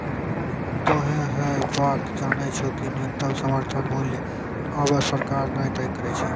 तोहों है बात जानै छौ कि न्यूनतम समर्थन मूल्य आबॅ सरकार न तय करै छै